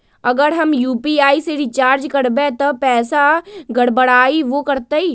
अगर हम यू.पी.आई से रिचार्ज करबै त पैसा गड़बड़ाई वो करतई?